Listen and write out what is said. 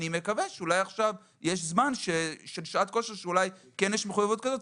אני מקווה שאולי עכשיו יש זמן של שעת כושר שאולי כן יש מחויבות כזאת.